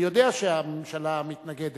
אני יודע שהממשלה מתנגדת,